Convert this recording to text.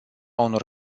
unor